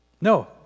No